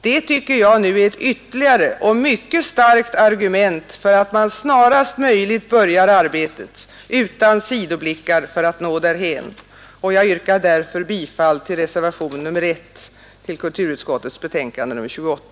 Det tycker jag nu är ett ytterligare och mycket starkt argument för att man snarast möjligt börjar arbetet — utan sidoblickar — för att nå därhän. Jag yrkar därför bifall till reservationen 1.